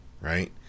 right